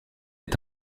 est